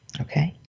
Okay